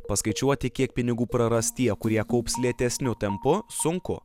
paskaičiuoti kiek pinigų praras tie kurie kaups lėtesniu tempu sunku